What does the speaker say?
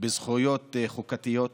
בזכויות חוקתיות,